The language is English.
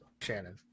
Shannon